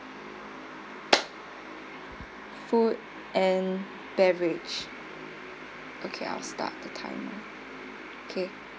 food and beverage okay I'll start the time now okay